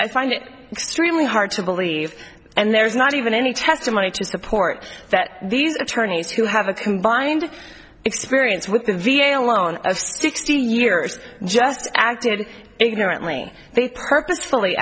find it extremely hard to believe and there is not even any testimony to support that these attorneys who have a combined experience with the v a alone sixty years just acted ignorantly they purposefully